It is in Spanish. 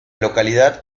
localidad